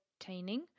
obtaining